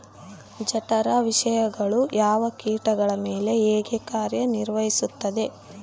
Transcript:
ಜಠರ ವಿಷಯಗಳು ಯಾವ ಕೇಟಗಳ ಮೇಲೆ ಹೇಗೆ ಕಾರ್ಯ ನಿರ್ವಹಿಸುತ್ತದೆ?